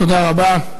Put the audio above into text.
תודה רבה.